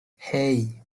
hey